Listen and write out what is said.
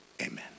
Amen